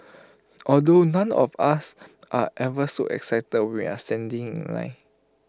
although none of us are ever so excited we're standing in line